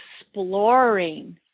exploring